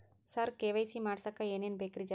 ಸರ KYC ಮಾಡಸಕ್ಕ ಎನೆನ ಬೇಕ್ರಿ?